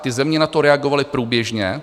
Ty země na to reagovaly průběžně.